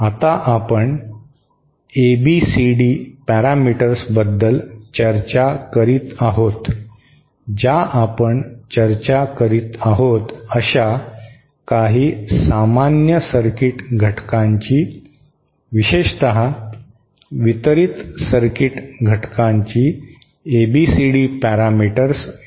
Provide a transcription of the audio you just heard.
आता आपण एबीसीडी पॅरामीटर्सबद्दल चर्चा करीत आहोत ज्या आपण चर्चा करीत आहोत अशा काही सामान्य सर्किट घटकांची विशेषत वितरित सर्किट घटकाची एबीसीडी पॅरामीटर्स शोधण्याचा प्रयत्न करूया